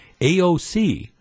AOC